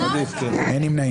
הצבעה לא אושרו.